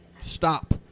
Stop